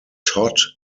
todd